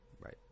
right